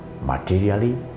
materially